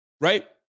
Right